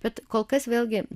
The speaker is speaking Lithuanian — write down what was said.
bet kol kas vėlgi